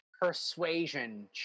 persuasion